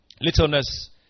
littleness